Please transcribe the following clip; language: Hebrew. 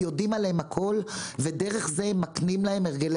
הם יודעים עליהם הכול ודרך זה הם מקנים להם הרגלי